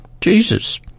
Jesus